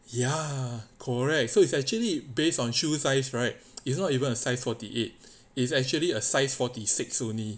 ya correct so it's actually based on shoe size right it's not even a forty eight is actually a size forty six only